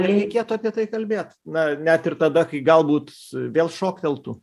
reikėtų apie tai kalbėt na net ir tada kai galbūt vėl šokteltų